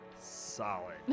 solid